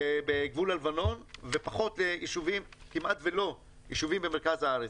בגבול הלבנון, ופחות ליישובים במרכז הארץ.